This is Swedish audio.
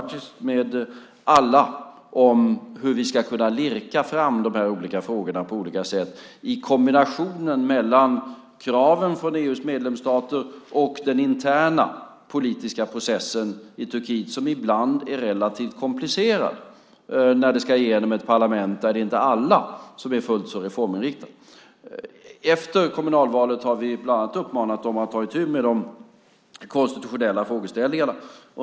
Vi har diskuterat med alla om hur vi ska kunna lirka fram dessa frågor på olika sätt i kombinationen mellan kraven från EU:s medlemsstater och den interna politiska processen i Turkiet som ibland är relativt komplicerad när det ska genom ett parlament där inte alla är fullt så reforminriktade. Efter kommunalvalet har vi bland annat uppmanat Turkiet att ta itu med de konstitutionella frågeställningarna.